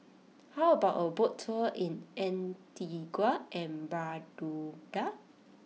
how about a boat tour in Antigua and Barbuda